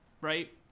right